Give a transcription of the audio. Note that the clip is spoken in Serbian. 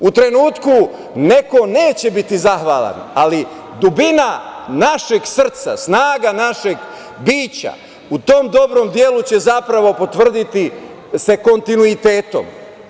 U trenutku neko neće biti zahvalan, ali dubina našeg srca, snaga našeg bića, u tom dobrom delu će se zapravo potvrditi sa kontinuitetom.